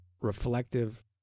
reflective